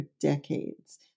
decades